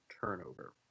turnover